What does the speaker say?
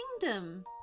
kingdom